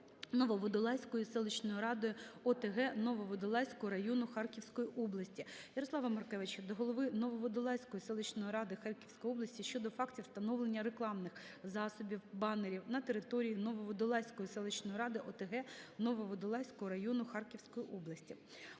Нововодолазькою селищною радою ОТГ Нововодолазького району Харківської області.